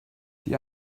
die